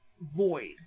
void